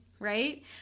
Right